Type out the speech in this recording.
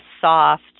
soft